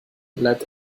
bleibt